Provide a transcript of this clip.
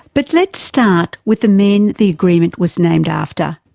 but let's start with the men the agreement was named after,